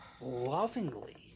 lovingly